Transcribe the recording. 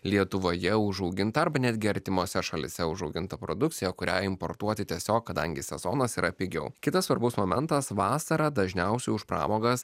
lietuvoje užaugintą arba netgi artimose šalyse užaugintą produkciją kurią importuoti tiesiog kadangi sezonas yra pigiau kitas svarbus momentas vasarą dažniausiai už pramogas